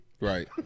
Right